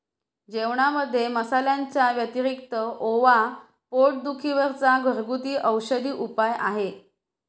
जेवणामध्ये मसाल्यांच्या व्यतिरिक्त ओवा पोट दुखी वर चा घरगुती औषधी उपाय आहे